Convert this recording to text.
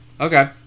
Okay